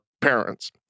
parents